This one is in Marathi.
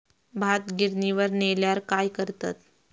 भात गिर्निवर नेल्यार काय करतत?